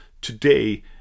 Today